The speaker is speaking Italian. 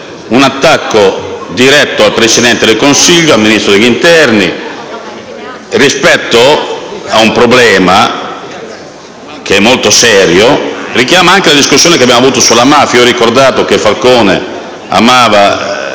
un attacco diretto al Presidente del Consiglio e al Ministro degli interni rispetto a un problema che è molto serio. Richiamando la discussione che abbiamo avuto sulla mafia, io ho ricordato che Falcone amava